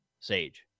Sage